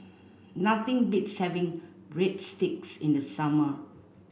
nothing beats having Breadsticks in the summer